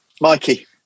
Mikey